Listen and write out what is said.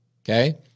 Okay